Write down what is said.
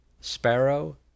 sparrow